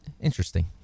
interesting